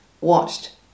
watched